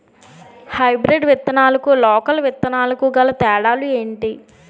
Hybrid విత్తనాలకు local విత్తనాలకు గల తేడాలు ఏంటి?